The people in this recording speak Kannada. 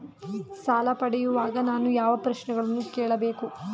ಸಾಲ ಪಡೆಯುವಾಗ ನಾನು ಯಾವ ಪ್ರಶ್ನೆಗಳನ್ನು ಕೇಳಬೇಕು?